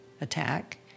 attack